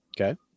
Okay